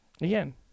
again